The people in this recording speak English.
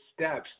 steps